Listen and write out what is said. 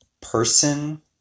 person